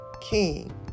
king